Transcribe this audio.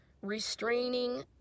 restraining